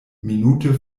minute